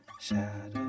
Shadow